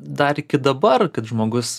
dar iki dabar kad žmogus